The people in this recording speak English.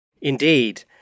Indeed